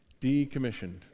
Decommissioned